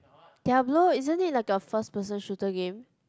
Diablo isn't it like a first person shooter game